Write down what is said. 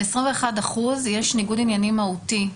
ב-21% יש ניגוד עניינים מהותי,